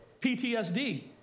PTSD